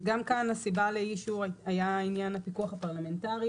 גם כאן הסיבה לאי האישור היה עניין הפיקוח הפרלמנטרי